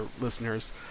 listeners